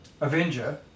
Avenger